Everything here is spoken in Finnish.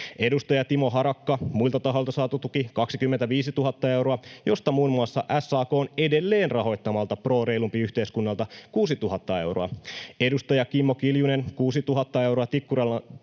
Edustaja Timo Harakka: muilta tahoilta saatu tuki 25 000 euroa, josta muun muassa SAK:n edelleen rahoittamalta Pro reilumpi yhteiskunnalta 6 000 euroa. Edustaja Kimmo Kiljunen: 6 000 euroa